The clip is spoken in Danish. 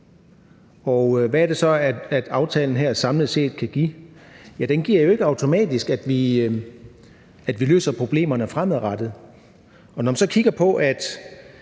Hvad er det så, aftalen her samlet set kan give? Ja, den gør jo ikke automatisk, at vi løser problemerne fremadrettet, og når man så kigger på, at